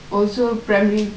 also primary